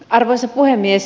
arvoisa puhemies